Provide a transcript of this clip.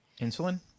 Insulin